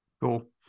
Cool